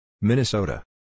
Minnesota